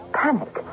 panic